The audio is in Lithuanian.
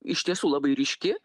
iš tiesų labai ryški